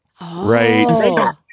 Right